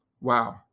Wow